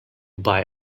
buy